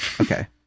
okay